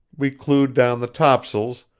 we clewed down the topsails,